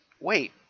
wait